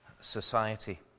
society